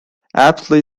aptly